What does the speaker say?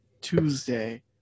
Tuesday